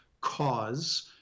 cause